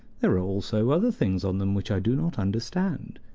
there are also other things on them which i do not understand.